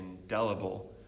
indelible